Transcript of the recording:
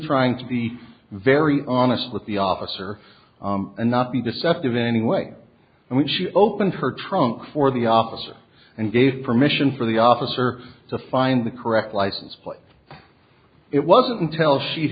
trying to be very honest with the officer and not be deceptive anyway and when she opened her trunk for the officer and gave permission for the officer to find the correct license plate it wasn't until she